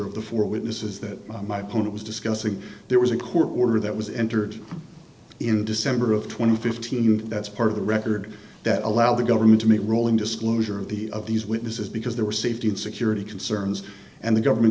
of the four with this is that my point was discussing there was a court order that was entered in december of two thousand and fifteen and that's part of the record that allowed the government to meet rolling disclosure of the of these witnesses because there were safety and security concerns and the government